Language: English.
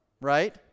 right